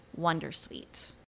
Wondersuite